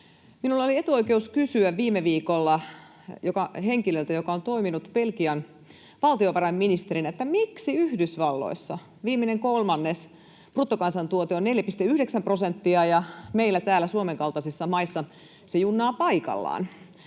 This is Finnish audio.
Minulla oli etuoikeus kysyä viime viikolla henkilöltä, joka on toiminut Belgian valtiovarainministerinä, miksi Yhdysvalloissa viimeisellä kolmanneksella bruttokansantuotteen kasvu on 4,9 prosenttia ja meillä täällä Suomen kaltaisissa maissa se junnaa paikallaan.